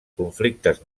conflictes